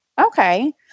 okay